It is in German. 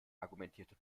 argumentierte